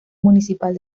municipal